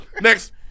Next